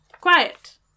Quiet